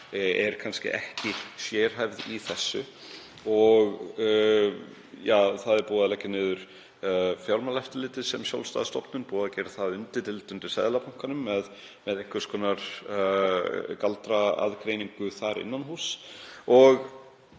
er kannski ekki sérhæfð í því. Það er búið að leggja niður Fjármálaeftirlitið sem sjálfstæða stofnun, búið að gera það að undirdeild undir Seðlabankanum með einhvers konar galdraaðgreiningu þar innan húss.